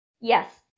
Yes